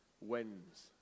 wins